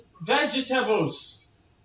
vegetables